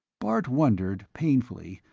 bart wondered, painfully,